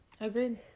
Agreed